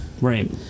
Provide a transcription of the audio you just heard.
Right